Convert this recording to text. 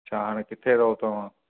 अच्छा हाणे किथे रहो तव्हां